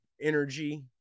energy